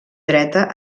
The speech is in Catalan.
dreta